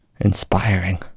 Inspiring